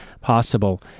possible